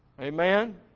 Amen